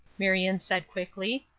marion said, quickly.